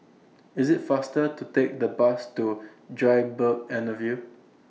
IS IT faster to Take The Bus to Dryburgh Anna View